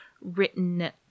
written